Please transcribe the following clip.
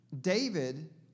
David